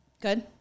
Good